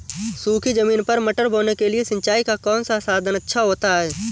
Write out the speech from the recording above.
सूखी ज़मीन पर मटर बोने के लिए सिंचाई का कौन सा साधन अच्छा होता है?